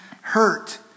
hurt